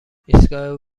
ایستگاه